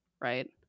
right